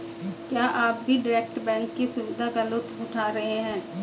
क्या आप भी डायरेक्ट बैंक की सुविधा का लुफ्त उठा रहे हैं?